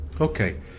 Okay